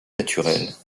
naturelles